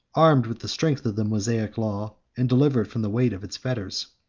armed with the strength of the mosaic law, and delivered from the weight of its fetters.